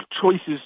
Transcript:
choices